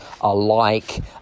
alike